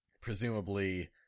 Presumably